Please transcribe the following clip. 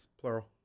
Plural